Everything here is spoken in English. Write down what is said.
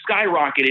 skyrocketed